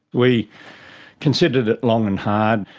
we considered it long and hard,